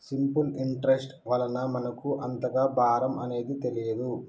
simple interest వలన మనకు అంతగా భారం అనేది తెలియదు